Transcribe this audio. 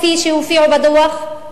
כפי שהופיעו בדוח?